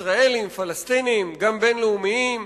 ישראלים, פלסטינים, גם בין-לאומיים,